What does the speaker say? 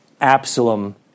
Absalom